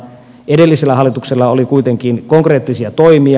edellisellä hallituksella oli kuitenkin konkreettisia toimia